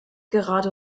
gerade